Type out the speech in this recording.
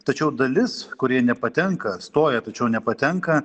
tačiau dalis kurie nepatenka stoja tačiau nepatenka